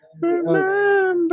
remember